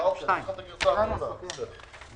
יש לך את הגרסה האחרונה, בסדר.